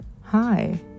hi